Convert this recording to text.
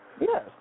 yes